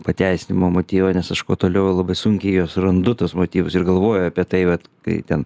pateisinimo motyvą nes aš kuo toliau labai sunkiai juos randu tuos motyvus ir galvoju apie tai vat kai ten